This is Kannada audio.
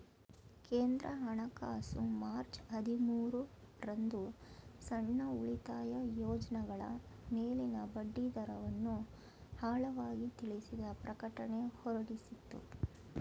ಕೇಂದ್ರ ಹಣಕಾಸು ಮಾರ್ಚ್ ಹದಿಮೂರು ರಂದು ಸಣ್ಣ ಉಳಿತಾಯ ಯೋಜ್ನಗಳ ಮೇಲಿನ ಬಡ್ಡಿದರವನ್ನು ಆಳವಾಗಿ ತಿಳಿಸಿದ ಪ್ರಕಟಣೆ ಹೊರಡಿಸಿತ್ತು